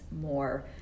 more